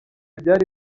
byari